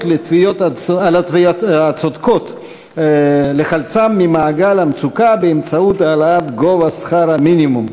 לתביעות הצודקות לחלצם ממעגל המצוקה באמצעות העלאת שכר המינימום,